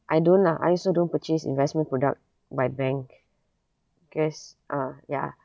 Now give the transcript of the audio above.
I don't ah I also don't purchase investment product by bank cause ah ya